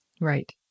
Right